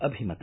ಅಭಿಮತ